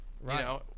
Right